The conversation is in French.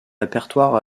répertoire